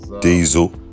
Diesel